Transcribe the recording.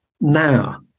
now